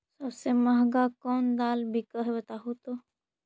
सबसे महंगा कोन दाल बिक है बताहु तो?